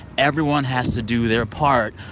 everyone has to do their part,